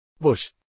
Bush